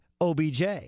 OBJ